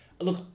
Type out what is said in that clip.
look